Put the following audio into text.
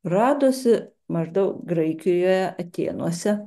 radosi maždaug graikijoje atėnuose